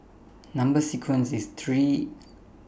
Number sequences IS three